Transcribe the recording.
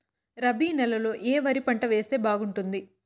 రబి నెలలో ఏ వరి పంట వేస్తే బాగుంటుంది